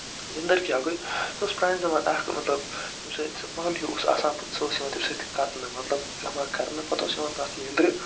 اِندٔر کیاہ گٔے سُہ اوس پرانہِ زَمانہٕ اکھ مطلب ییٚمہِ سۭتۍ سُہ پَن اوس آسان سُہ اوس یِوان تَمہِ سۭتۍ کَتنہٕ مطلب جمع کَرنہٕ مطلب پَتہٕ اوس یِوان تَتھ ۂندرٕ